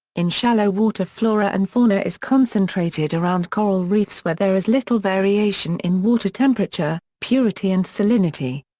in shallow water flora and fauna is concentrated around coral reefs where there is little variation in water temperature, purity and salinity.